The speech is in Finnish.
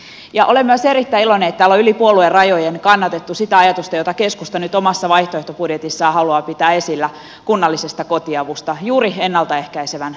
olen myös erittäin iloinen että täällä on yli puoluerajojen kannatettu sitä ajatusta jota keskusta nyt omassa vaihtoehtobudjetissaan haluaa pitää esillä kunnallista kotiapua juuri ennalta ehkäisevän näkökulman kannalta